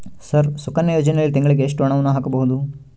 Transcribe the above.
Sir Sukanya ಯೋಜನೆಯಲ್ಲಿ ತಿಂಗಳಿಗೆ ಎಷ್ಟು ಹಣವನ್ನು ಹಾಕಬಹುದು?